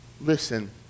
Listen